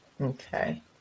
Okay